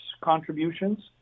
contributions